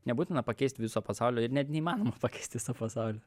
nebūtina pakeist viso pasaulio ir net neįmanoma pakeist viso pasaulio